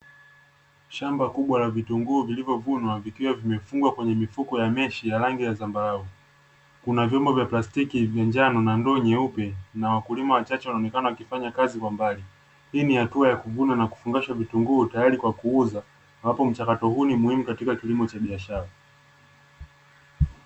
Shamba kubwa na vitunguu vilivyovunwa vikiwa vimefungwa kwenye mifuko ya mechi ya rangi ya zambarau, kuna vyombo vya plastiki vya njano na ndoo nyeupe, na wakulima wachache wanaonekana wakifanya kazi kwa mbali. Hii ni hatua ya kuvuna na kufungasha vitunguu tayari kwa kuuza ambapo mchakato huu ni muhimu katika kilimo cha biashara.